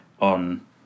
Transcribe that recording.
on